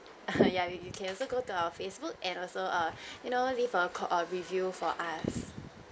ya you you can also go to our facebook and also err you know leave err co uh review for us